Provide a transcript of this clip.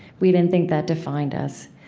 we didn't think that defined us.